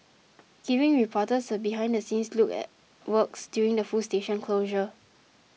giving reporters a behind the scenes look at works during the full station closure